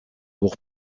pour